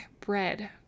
bread